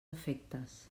efectes